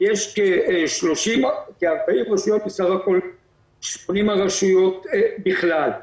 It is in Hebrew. יש 40 רשויות בסך הכל מסך הרשויות בכלל.